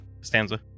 Stanza